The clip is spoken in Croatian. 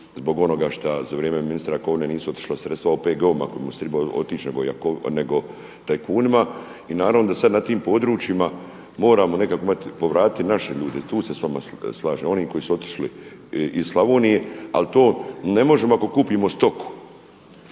zbog onoga šta za vrijeme ministra Jakovine nisu otišla sredstva OPG-ovima kojima su tribali otići, nego tajkunima. I naravno da sad na tim područjima moramo nekako imati, povratiti naše ljude, tu se sa vama slažem. Oni koji su otišli iz Slavonije, ali to ne možemo ako kupimo stoku.